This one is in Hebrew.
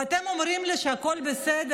ואתם אומרים לי שהכול בסדר?